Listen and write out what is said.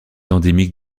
endémique